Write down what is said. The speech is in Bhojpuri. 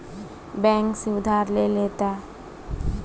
बैंक से उधार ले लेता